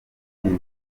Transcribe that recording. ariko